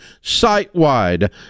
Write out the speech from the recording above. site-wide